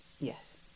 yes